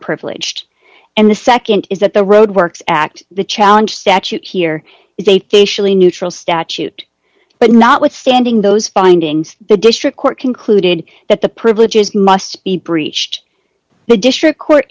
privileged and the nd is that the roadworks act the challenge statute here is a neutral statute but notwithstanding those findings the district court concluded that the privileges must be breached the district court